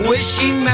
Wishing